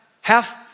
half